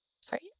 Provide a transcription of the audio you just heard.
sorry